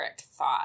thought